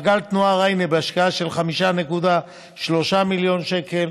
מעגל תנועה ריינה, בהשקעה של 5.3 מיליון שקל,